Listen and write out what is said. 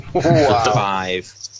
Five